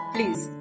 Please